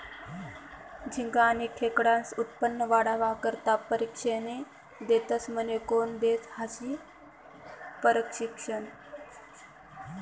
झिंगा आनी खेकडास्नं उत्पन्न वाढावा करता परशिक्षने देतस म्हने? कोन देस हायी परशिक्षन?